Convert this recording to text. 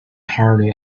hardly